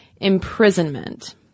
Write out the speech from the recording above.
imprisonment